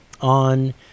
on